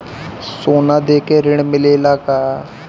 सोना देके ऋण मिलेला का?